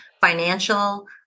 financial